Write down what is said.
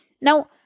now